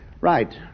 Right